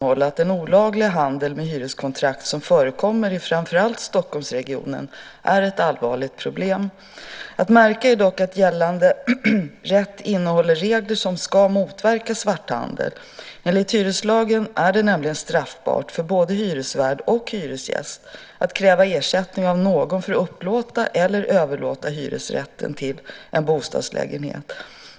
Fru talman! Ewa Thalén Finné har frågat mig om vilka åtgärder jag avser att vidta för att avskaffa svarthandeln med hyreskontrakt. Till att börja med vill jag framhålla att den olagliga handel med hyreskontrakt som förekommer i framför allt Stockholmsregionen är ett allvarligt problem. Att märka är dock att gällande rätt innehåller regler som ska motverka svarthandel. Enligt hyreslagen är det nämligen straffbart för både hyresvärd och hyresgäst att kräva ersättning av någon för att upplåta eller överlåta hyresrätten till en bostadslägenhet.